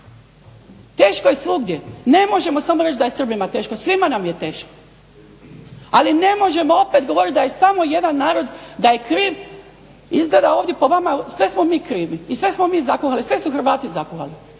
Teško je svugdje. Ne možemo samo reći da je Srbima teško, svima nam je teško. Ali ne možemo opet govoriti da je samo jedan narod da je kriv, izgleda ovdje po vama sve smo mi krivi i sve smo mi zakuhali, sve su Hrvati zakuhali.